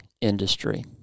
industry